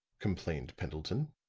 complained pendleton.